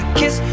kiss